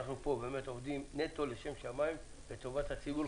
אנחנו עובדים פה נטו לשם שמים לטובת הציבור.